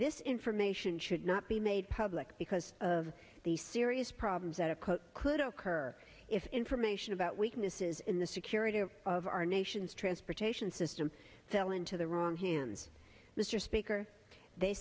this information should not be made public because of the serious problems that occur could occur if information about weaknesses in the security of our nation's transportation system sell into the wrong hands mr speaker they